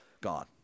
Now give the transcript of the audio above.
gone